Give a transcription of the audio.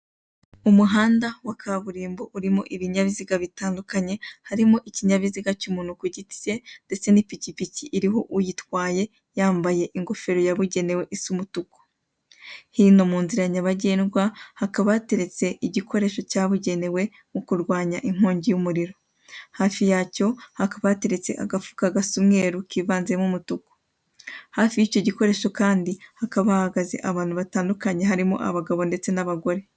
Icyapa cyamamaza inzoga ya AMSTEL, hariho icupa ry'AMSTEL ripfundikiye, hakaba hariho n'ikirahure cyasutswemo inzoga ya AMSTEL, munsi yaho hari imodoka ikindi kandi hejuru yaho cyangwa k'uruhande rwaho hari inzu. Ushobora kwibaza ngo AMSTEL ni iki? AMSTEL ni ubwoko bw'inzoga busembuye ikundwa n'abanyarwanada benshi, abantu benshi bakunda inzoga cyangwa banywa inzoga zisembuye, bakunda kwifatira AMSTEL.